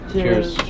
cheers